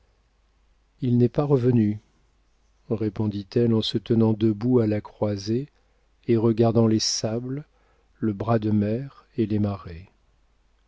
il n'est pas revenu répondit-elle en se tenant debout à la croisée et regardant les sables le bras de mer et les marais